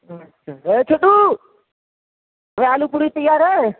اچھا اوے چھوٹو اوے آلو پوڑی تیار ہے